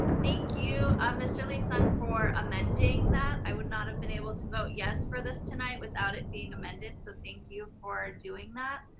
thank you, um mr. lee-sung for amending that. i would not have been able to vote yes for this tonight without it being amended. so thank you for doing that.